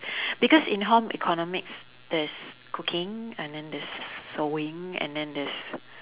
because in home economics there's cooking and then there's sewing and then there's